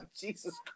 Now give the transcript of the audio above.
Jesus